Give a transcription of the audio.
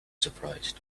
surprised